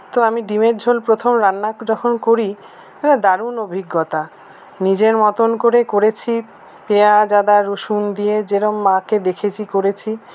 তো আমি ডিমের ঝোল প্রথম রান্না যখন করি হ্যাঁ দারুণ অভিজ্ঞতা নিজের মতন করে করেছি পেঁয়াজ আদা রসুন দিয়ে যেরম মাকে দেখেছি করেছি